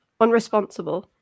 unresponsible